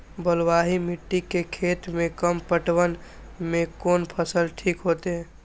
बलवाही मिट्टी के खेत में कम पटवन में कोन फसल ठीक होते?